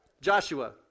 Joshua